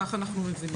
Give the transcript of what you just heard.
כך אנחנו מבינים.